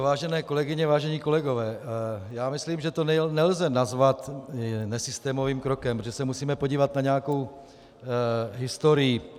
Vážené kolegyně, vážení kolegové, já myslím, že to nelze nazvat nesystémovým krokem, protože se musíme podívat na nějakou historii.